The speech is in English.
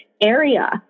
area